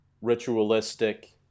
ritualistic